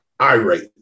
irate